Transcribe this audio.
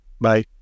Bye